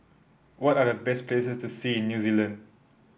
what are the best places to see in New Zealand